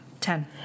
Ten